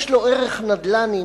ויש לו ערך נדל"ני.